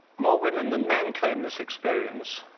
more women than men claim this experience,